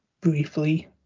Briefly